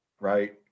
right